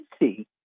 see